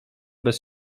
bez